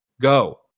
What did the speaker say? Go